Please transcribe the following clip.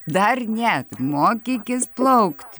dar ne mokykis plaukt